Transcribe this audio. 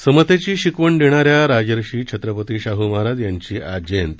समतेची शिकवण देणाऱ्या राजर्षी छत्रपती शाह महाराज यांची आज जयंती